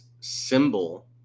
symbol